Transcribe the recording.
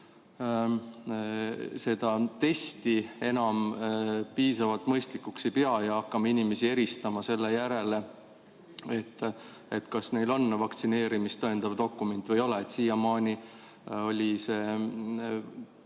et me ikkagi testi enam piisavalt mõistlikuks ei pea ja hakkame inimesi eristama selle järgi, kas neil on vaktsineerimist tõendav dokument või ei ole? Siiamaani oli testi